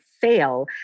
fail